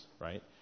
right